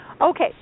Okay